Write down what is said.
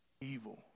evil